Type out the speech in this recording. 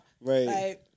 Right